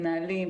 מנהלים,